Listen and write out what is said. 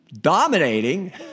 dominating